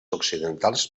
occidentals